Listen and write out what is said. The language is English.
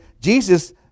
Jesus